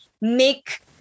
make